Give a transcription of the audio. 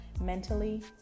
mentally